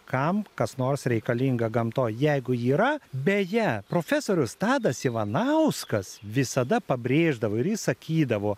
kam kas nors reikalinga gamtoj jeigu ji yra beje profesorius tadas ivanauskas visada pabrėždavo ir jis sakydavo